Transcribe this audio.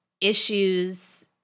issues